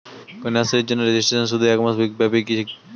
কন্যাশ্রীর জন্য রেজিস্ট্রেশন শুধু এক মাস ব্যাপীই কি?